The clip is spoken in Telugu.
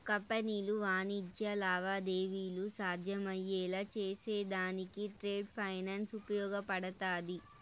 కంపెనీలు వాణిజ్య లావాదేవీలు సాధ్యమయ్యేలా చేసేదానికి ట్రేడ్ ఫైనాన్స్ ఉపయోగపడతాది